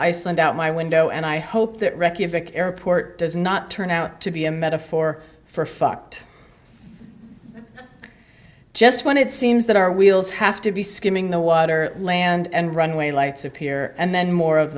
iceland out my window and i hope that reykjavik airport does not turn out to be a metaphor for fucked just when it seems that our wheels have to be skimming the water land and runway lights appear and then more of